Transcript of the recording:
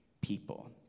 people